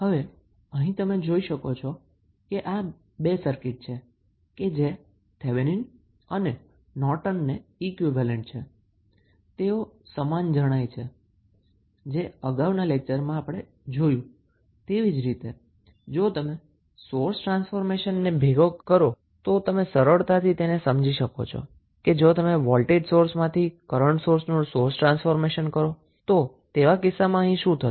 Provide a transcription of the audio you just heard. હવે અહીં તમે જોઈ શકો છો કે આ બે સર્કીટ છે જે થેવેનીન અને નોર્ટનને ઈક્વીવેલેન્ટ છે તેઓ સમાન જણાય છે જો તમે સોર્સ ટ્રાન્સફોર્મેશન ને યાદ કરો જે આપણે અગાઉના લેક્ચરમાં જોયું હતુ તો તમે સરળતાથી તેને સમજી શકો છો કે જો તમે વોલ્ટેજ સોર્સમાંથી કરન્ટ સોર્સનું સોર્સ ટ્રાન્સફોર્મેશન કરો તો શું થશે